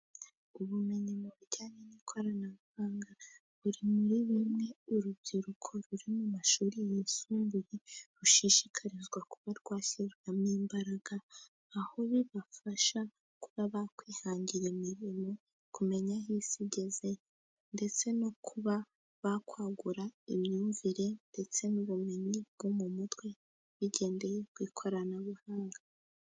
Ubumenyi mu bijyanye n'ikoranabuhanga buri muri bimwe urubyiruko ruri mu mashuri yisumbuye rushishikarizwa kuba rwashyirwamo imbaraga, aho bibafasha kuba ba kwihangira imirimo, kumenya aho isi igeze, ndetse no kuba bakwagura imyumvire, ndetse n'ubumenyi bwo mu mutwe bigendeye ku ikoranabuhanga.